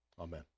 Amen